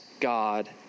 God